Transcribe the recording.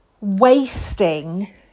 wasting